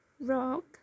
Rock